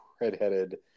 redheaded